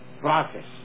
process